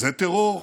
זה טרור.